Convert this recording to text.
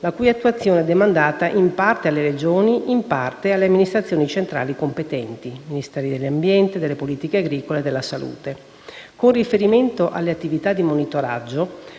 la cui attuazione è demandata in parte alle Regioni e in parte alle amministrazioni centrali competenti (Ministeri dell'ambiente, delle politiche agricole e della salute). Con riferimento alle attività di monitoraggio,